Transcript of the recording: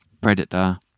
Predator